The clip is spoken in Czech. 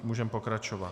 Můžeme pokračovat.